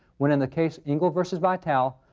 when in the case engle versus vitale,